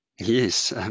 Yes